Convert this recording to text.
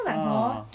ah